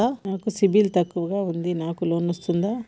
నాకు సిబిల్ తక్కువ ఉంది నాకు లోన్ వస్తుందా?